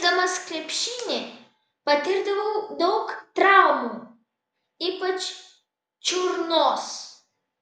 žaisdamas krepšinį patirdavau daug traumų ypač čiurnos